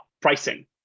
pricing